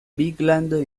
bigland